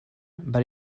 but